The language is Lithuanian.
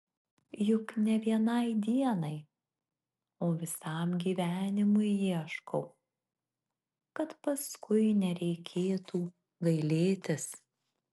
juk ne vienai dienai o visam gyvenimui ieškau kad paskui nereikėtų gailėtis